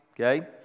Okay